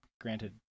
granted